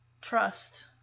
trust